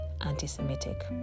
anti-semitic